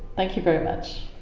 thank you very much.